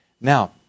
Now